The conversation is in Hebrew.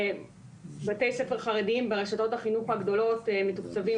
בתי ספר חרדיים ברשתות החינוך הגדולות מתוקצבים,